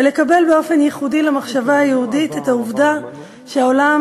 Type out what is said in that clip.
ולקבל באופן ייחודי למחשבה היהודית את העובדה שהעולם